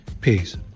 Peace